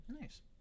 Nice